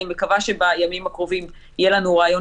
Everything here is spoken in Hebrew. אני מקווה שבימים הקרובים יהיה לנו רעיון